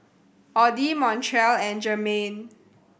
Audy Montrell and Jermain